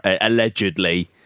allegedly